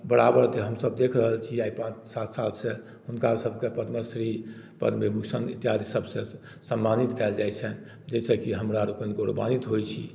बराबर जे हमसभ देख रहल छी आइ पाँच सात सालसँ हुनकासभकेँ पद्मश्री पद्म भूषण इत्यादि सभसँ सम्मानित कयल जाइत छनि जाहिसँ कि हमरा लोकनि गौरवान्वित होइत छी